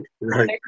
right